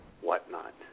whatnot